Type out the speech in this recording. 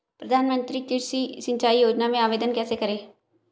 प्रधानमंत्री कृषि सिंचाई योजना में आवेदन कैसे करें?